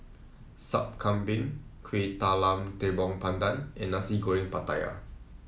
Sup Kambing Kuih Talam Tepong Pandan and Nasi Goreng Pattaya